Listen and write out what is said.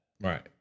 Right